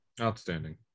Outstanding